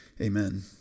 Amen